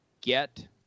get